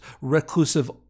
reclusive